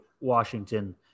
Washington